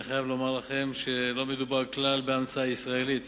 אני חייב לומר לכם שלא מדובר כלל בהמצאה ישראלית.